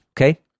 okay